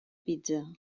pizza